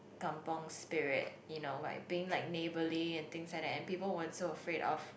kampung spirit you know like being like neighbourly and things like that and people weren't so afraid of